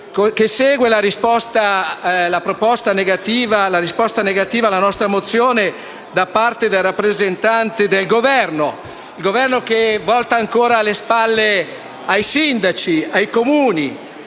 che segue la risposta negativa alla nostra mozione da parte del rappresentante del Governo; un Governo che volta ancora le spalle ai sindaci, ai Comuni.